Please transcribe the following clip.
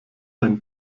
ein